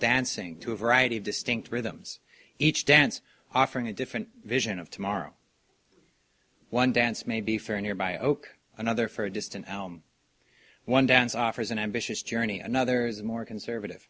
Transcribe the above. dancing to a variety of distinct rhythms each dance offering a different vision of tomorrow one dance may be for a nearby oak another for a distance one dance offers an ambitious journey another is more conservative